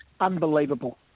Unbelievable